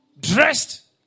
dressed